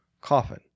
coffin